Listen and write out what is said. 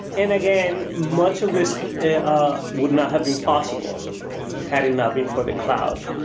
and again, much of this ah would not have been possible had it not been for the cloud,